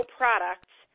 products